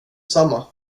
samma